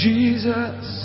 Jesus